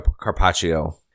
carpaccio